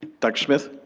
dr. smith,